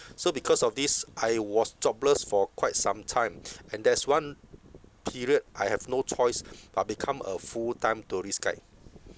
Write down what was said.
so because of this I was jobless for quite some time and there's one period I have no choice but become a full time tourist guide